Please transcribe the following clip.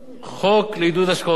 חוק לעידוד השקעות הון,